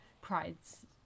prides